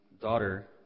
daughter